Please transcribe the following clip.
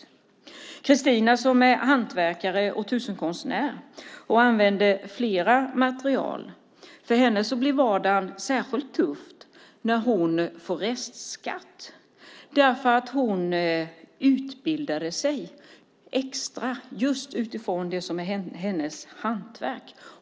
För Kristina, som är hantverkare och tusenkonstnär och använder flera material, blir vardagen särskilt tuff när hon får restskatt för att hon utbildade sig extra just i det som är hennes hantverk.